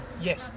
Yes